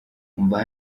umva